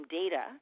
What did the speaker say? data